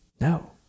No